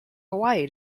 hawaii